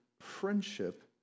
friendship